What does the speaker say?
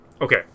okay